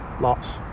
Lots